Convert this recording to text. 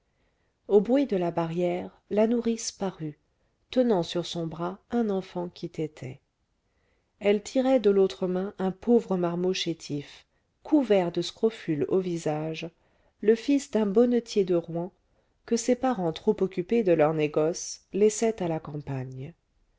au bruit de la barrière la nourrice parut tenant sur son bras un enfant qui tétait elle tirait de l'autre main un pauvre marmot chétif couvert de scrofules au visage le fils d'un bonnetier de rouen que ses parents trop occupés de leur négoce laissaient à la campagne